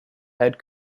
head